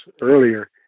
earlier